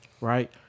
Right